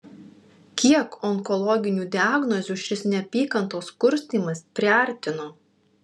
kiek onkologinių diagnozių šis neapykantos kurstymas priartino